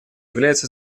является